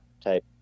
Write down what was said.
type